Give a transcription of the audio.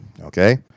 okay